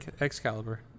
Excalibur